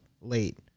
late